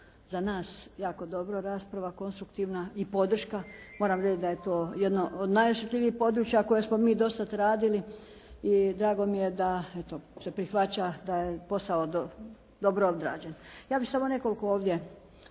za nas jako dobra rasprava, konstruktivna i podrška. Moram reći da je to jedno od najosjetljivijih područja koje smo mi dosad radili i drago mi je da eto se prihvaća, da je posao dobro odrađen. Ja bih samo nekoliko ovdje